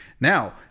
now